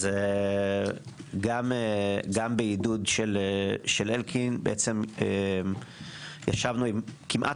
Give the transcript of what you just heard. אז גם בעידוד של אלקין ישבנו עם כמעט